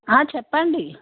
ఆ చెప్పండి